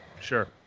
Sure